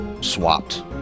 swapped